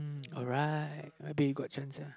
alright maybe got chance uh